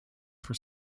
for